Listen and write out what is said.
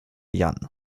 jan